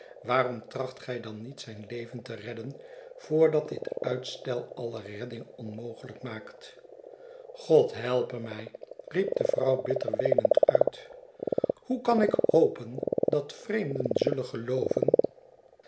waarom tracht gij dan niet zijn leven te redden voordat dit uitstel alle redding onmogelijk maakt god helpe mij i riep de vrouw bitter weenend uit hoe kan ik hopen dat vreemden zullen gelooven